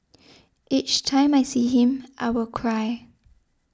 each time I see him I will cry